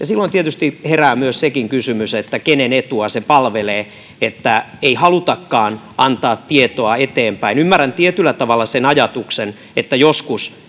silloin tietysti herää sekin kysymys kenen etua se palvelee että ei halutakaan antaa tietoa eteenpäin ymmärrän tietyllä tavalla sen ajatuksen että joskus